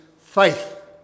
faith